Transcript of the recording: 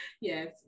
Yes